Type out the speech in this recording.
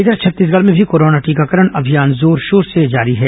इधर छत्तीसगढ़ में भी कोरोना टीकाकरण अभियान जोरशोर से जारी है